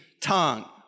tongue